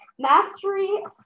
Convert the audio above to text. Mastery